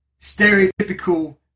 stereotypical